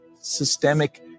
systemic